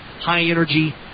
high-energy